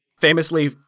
Famously